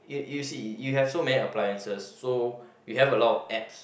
you you see you have so many appliances so you have a lot of apps